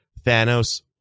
Thanos